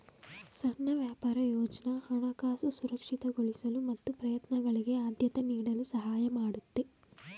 ಸಣ್ಣ ವ್ಯಾಪಾರ ಯೋಜ್ನ ಹಣಕಾಸು ಸುರಕ್ಷಿತಗೊಳಿಸಲು ಮತ್ತು ಪ್ರಯತ್ನಗಳಿಗೆ ಆದ್ಯತೆ ನೀಡಲು ಸಹಾಯ ಮಾಡುತ್ತೆ